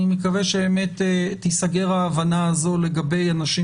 אני מקווה שתיסגר ההבנה הזו לגבי אנשים